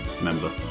member